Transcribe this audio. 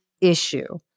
issue